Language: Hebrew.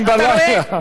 אנחנו נסיים ב-02:00.